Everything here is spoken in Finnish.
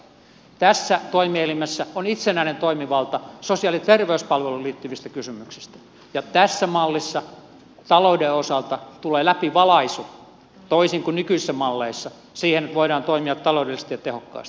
tässä toimielimessä on itsenäinen toimivalta sosiaali ja terveyspalveluihin liittyvissä kysymyksissä ja tässä mallissa talouden osalta tulee läpivalaisu toisin kuin nykyisissä malleissa siten että voidaan toimia taloudellisesti ja tehokkaasti